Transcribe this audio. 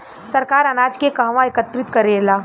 सरकार अनाज के कहवा एकत्रित करेला?